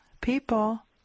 people